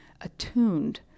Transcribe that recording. attuned